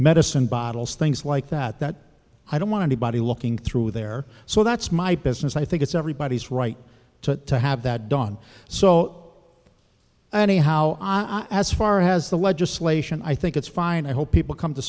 medicine bottles things like that that i don't want anybody looking through there so that's my business i think it's everybody's right to have that done so anyhow i as far as the legislation i think it's fine i hope people come to